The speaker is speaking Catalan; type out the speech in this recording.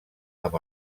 amb